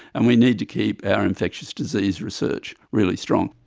and we need to keep our infectious disease research really strong.